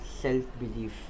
self-belief